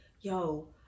yo